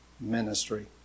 ministry